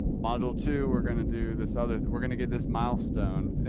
module two, we're going to do this other, we're going to get this milestone.